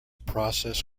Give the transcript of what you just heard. process